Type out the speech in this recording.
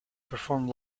performed